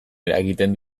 eragiten